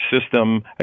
system